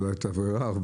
אז לא הייתה ברירה.